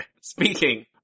Speaking